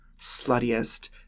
sluttiest